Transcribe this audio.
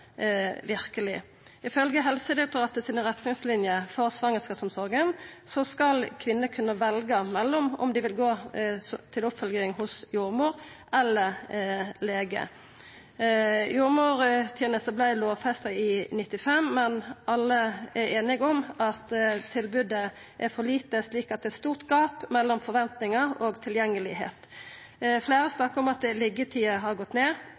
verkeleg. Ifølgje retningslinjene frå Helsedirektoratet for svangerskapsomsorga skal kvinner kunna velja om dei vil gå til oppfølging hos jordmor eller hos lege. Jordmorteneste vart lovfesta i 1995, men alle er einige om at tilbodet er for dårleg, slik at det er eit stort gap mellom forventingar og tilgjengelegheit. Fleire snakkar om at liggjetida har gått ned